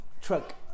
truck